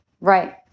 Right